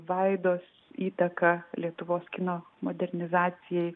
vaidos įtaka lietuvos kino modernizacijai